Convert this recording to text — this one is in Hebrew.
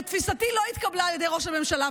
תפיסתי לא התקבלה על ידי ראש הממשלה,